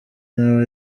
nawe